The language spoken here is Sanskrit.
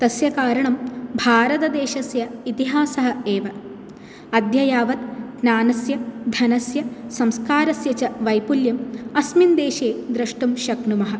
तस्य कारणं भारतदेशस्य इतिहासः एव अद्ययावत् ज्ञानस्य धनस्य संस्कारस्य च वैपुल्यं अस्मिन् देशे द्रष्टुं शक्नुमः